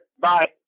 Bye